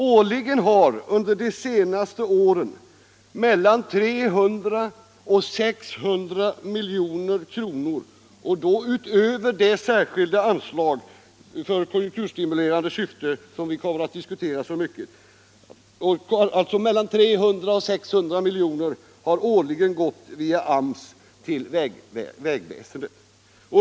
Årligen har under de senaste åren, utöver det särskilda anslag i konjunkturstimulerande syfte som vi kommer att diskutera så mycket, mellan 300 och 600 milj.kr. gått via AMS till vägväsendet.